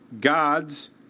God's